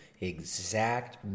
exact